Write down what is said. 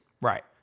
Right